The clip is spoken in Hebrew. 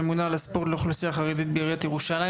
הממונה על הספורט במגזר החרדי בעיריית ירושלים,